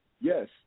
Yes